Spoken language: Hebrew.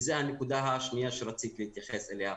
וזה הנקודה השנייה שרציתי להתייחס אליה.